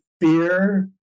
fear